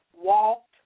walked